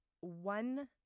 One